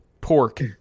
pork